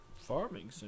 Farming